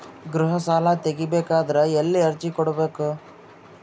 ಗೃಹ ಸಾಲಾ ತಗಿ ಬೇಕಾದರ ಎಲ್ಲಿ ಅರ್ಜಿ ಕೊಡಬೇಕು?